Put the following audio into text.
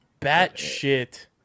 batshit